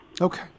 Okay